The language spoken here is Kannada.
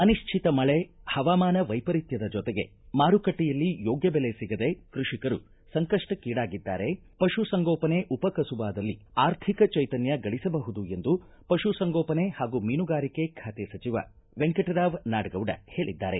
ಅನಿಶ್ಚಿತ ಮಳೆ ಹವಾಮಾನ ವೈಪರಿತ್ಯದ ಜೊತೆಗೆ ಮಾರುಕಟ್ಟೆಯಲ್ಲಿ ಯೋಗ್ಯ ಬೆಲೆ ಸಿಗದೇ ಕೃಷಿಕರು ಸಂಕಪ್ಪಕ್ಷೇಡಾಗಿದ್ದಾರೆ ಪಶುಸಂಗೋಪನೆ ಉಪಕಸುಬಾದಲ್ಲಿ ಆರ್ಥಿಕ ಚೈತನ್ನ ಗಳಸಬಹುದು ಎಂದು ಪಶು ಸಂಗೋಪನೆ ಹಾಗೂ ಮೀನುಗಾರಿಕೆ ಬಾತೆ ಸಚಿವ ವೆಂಕಟ್ರಾವ್ ನಾಡಗೌಡ ಹೇಳಿದ್ದಾರೆ